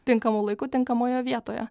tinkamu laiku tinkamoje vietoje